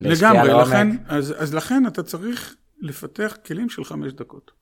לגמרי, אז לכן אתה צריך לפתח כלים של חמש דקות.